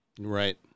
right